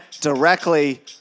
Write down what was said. directly